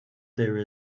there